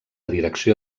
direcció